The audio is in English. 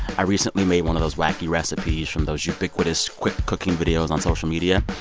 i recently made one of those wacky recipes from those ubiquitous quick cooking videos on social media.